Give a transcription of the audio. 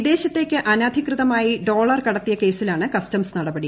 വിദേശത്തേക്ക് അനധികൃതമായി ഡോളർ കടത്തിയ കേസിലാണ് കസ്റ്റംസ് നടപടി